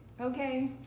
Okay